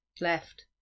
Left